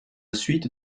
suite